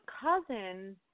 cousin